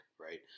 right